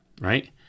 right